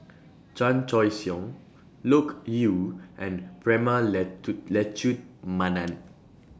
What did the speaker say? Chan Choy Siong Loke Yew and Prema Letchumanan